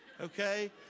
okay